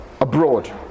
abroad